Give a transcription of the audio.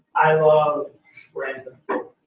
i love random